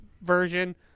version